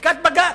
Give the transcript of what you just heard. פסיקת בג"ץ: